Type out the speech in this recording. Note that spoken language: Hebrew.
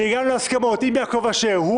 -- והגענו להסכמות עם יעקב אשר הוא